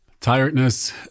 Tiredness